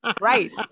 Right